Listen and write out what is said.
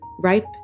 ripe